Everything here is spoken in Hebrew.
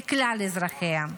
לכלל אזרחיה.